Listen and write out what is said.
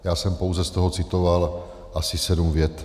Já jsem pouze z toho citoval asi sedm vět.